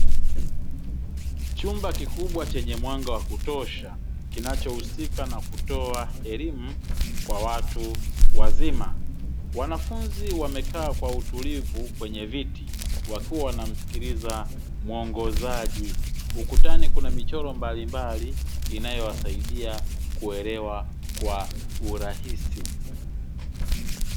Chumba kikubwa chenye mwanga wa kutosha, kinachohusika na kutoa elimu kwa watu wazima. Wanafunzi wamekaa kwa utulivu kwenye viti wakiwa wanamsikiliza muongozaji. Ukutani kuna michoro mbalimbali, inayowasaidia kuelewa kwa urahisi.